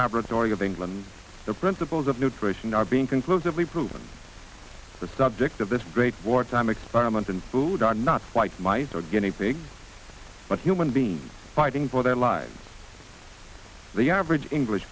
laboratory of england the principles of nutrition are being conclusively proven the subject of this great wartime experiment and food are not flights mice or guinea pigs but human beings fighting for their lives the average english